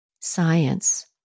science